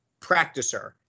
practicer